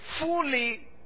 fully